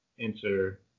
Enter